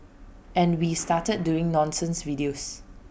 and we started doing nonsense videos